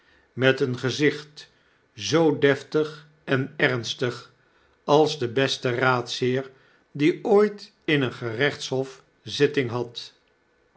met een gezicht zoo deftig en ernstig als de beste raadsheer die ooit in een gerechtshof zitting had